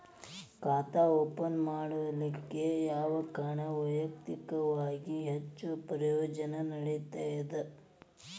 ಖಾತಾ ಓಪನ್ ಮಾಡಲಿಕ್ಕೆ ಯಾವ ಕಾರಣ ವೈಯಕ್ತಿಕವಾಗಿ ಹೆಚ್ಚು ಪ್ರಯೋಜನ ನೇಡತದ?